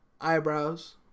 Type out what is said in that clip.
Eyebrows